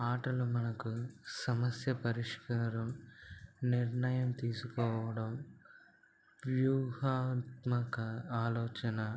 ఆటలు మనకు సమస్య పరిష్కారం నిర్ణయం తీసుకోవడం వ్యూహాత్మక ఆలోచన